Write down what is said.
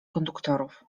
konduktorów